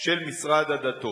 של משרד הדתות.